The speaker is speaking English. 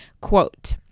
Quote